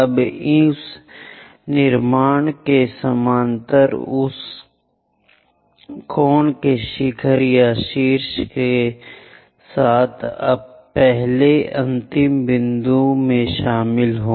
अब उस निर्माण के समानांतर उस कोण के शिखर या शीर्ष के साथ पहले अंतिम बिंदु में शामिल हों